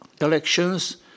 elections